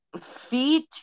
Feet